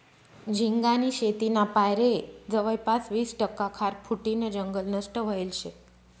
झिंगानी शेतीना पायरे जवयपास वीस टक्का खारफुटीनं जंगल नष्ट व्हयेल शे